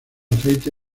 aceite